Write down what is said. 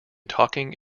talking